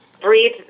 breathe